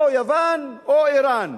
או יוון, או אירן.